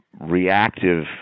reactive